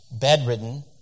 bedridden